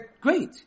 great